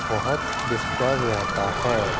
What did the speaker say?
بہت ڈسٹرب رہتا ہے